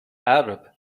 arab